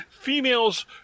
Females